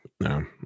no